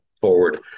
forward